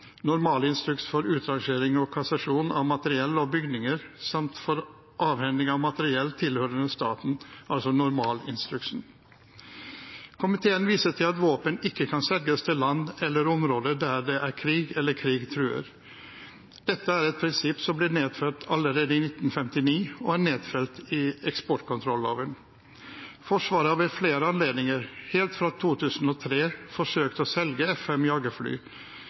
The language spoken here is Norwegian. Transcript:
for utrangering og kassasjon av materiell og bygninger samt for avhending av materiell tilhørende staten, altså normalinstruksen Komiteen viser til at våpen ikke kan selges til land eller områder der det er krig, eller der krig truer. Dette er et prinsipp som ble nedfelt allerede i 1959 og er nedfelt i eksportkontrolloven. Forsvaret har ved flere anledninger, helt fra 2003, forsøkt å